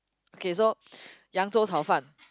okay so